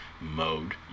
mode